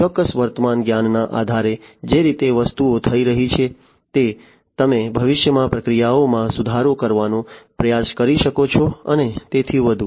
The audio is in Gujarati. ચોક્કસ વર્તમાન જ્ઞાનના આધારે જે રીતે વસ્તુઓ થઈ રહી છે તે તમે ભવિષ્યમાં પ્રક્રિયાઓમાં સુધારો કરવાનો પ્રયાસ કરી શકો છો અને તેથી વધુ